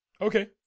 Okay